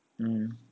mm